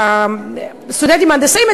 הסטודנטים ההנדסאים.